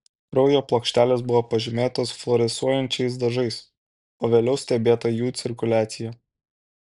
kraujo plokštelės buvo pažymėtos fluorescuojančiais dažais o vėliau stebėta jų cirkuliacija